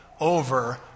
over